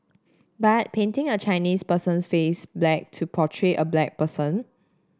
but painting a Chinese person's face black to portray a black person